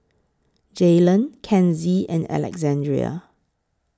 Jaylan Kenzie and Alexandrea